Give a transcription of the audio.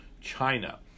China